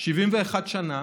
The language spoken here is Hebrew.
71 שנה,